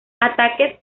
ataques